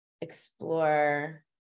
explore